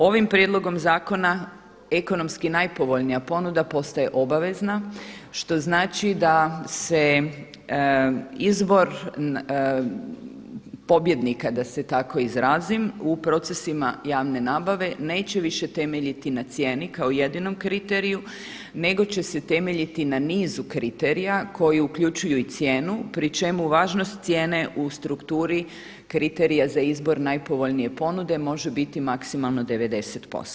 Ovim prijedlogom zakona ekonomski najpovoljnija ponuda postaje obavezna što znači da se izvor pobjednika da se tako izrazim u procesima javne nabave neće više temeljiti na cijeni kao jedinom kriteriju nego će se temeljiti na nizu kriterija koji uključuju i cijenu pri čemu važnost cijene u strukturi kriterija za izbor najpovoljnije ponude može biti maksimalno 90%